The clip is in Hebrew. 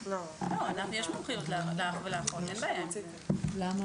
יש לאח ולאחות מומחיות, אין בעיה עם זה.